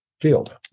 field